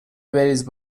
بریز